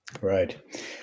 Right